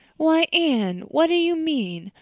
why, anne, what do you mean?